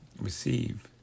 receive